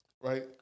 Right